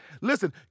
Listen